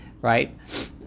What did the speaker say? right